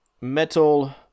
metal